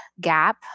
gap